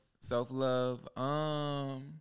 self-love